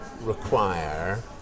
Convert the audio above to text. require